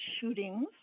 shootings